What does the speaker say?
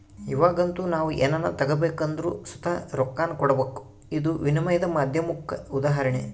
ಇವಾಗಂತೂ ನಾವು ಏನನ ತಗಬೇಕೆಂದರು ಸುತ ರೊಕ್ಕಾನ ಕೊಡಬಕು, ಇದು ವಿನಿಮಯದ ಮಾಧ್ಯಮುಕ್ಕ ಉದಾಹರಣೆ